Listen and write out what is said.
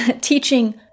teaching